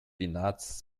peanuts